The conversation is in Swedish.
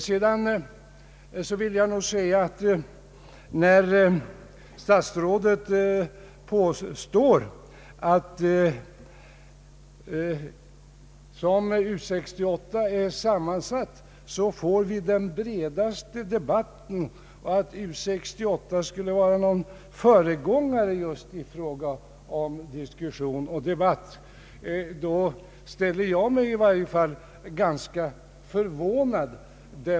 När statsrådet påstår att vi genom det sätt på vilket U 68 är sammansatt får den bredaste debatten och att U 68 skulle vara ett slags föregångare just i fråga om diskussion och debatt, då ställer jag mig ganska förvånad.